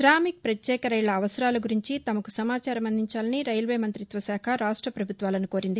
comic ప్రత్యేక రైళ్ళ అవసరాల గురించి తమకు సమాచారం అందించాలని రైల్వే మంతిత్వ శాఖ రాష్ట ప్రభుత్వాలను కోరింది